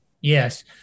Yes